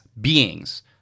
beings